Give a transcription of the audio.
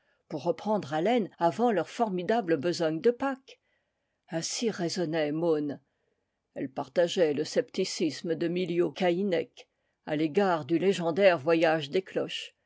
pour repren dre haleine avant leur formidable besogne de pâques ainsi raisonnait môn elle partageait le scepticisme de miliau caïnec à l'égard du légendaire voyage des cloches